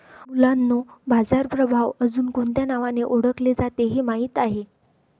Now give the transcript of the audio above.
मुलांनो बाजार प्रभाव अजुन कोणत्या नावाने ओढकले जाते हे माहित आहे?